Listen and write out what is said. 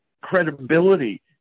credibility